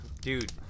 Dude